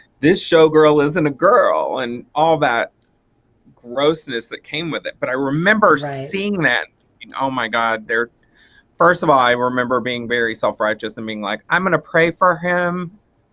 this showgirl isn't a girl and all that grossness that came with it. but i remember seeing that oh my god there first of all i remember being very self-righteous and being like i'm gonna pray for him.